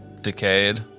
Decayed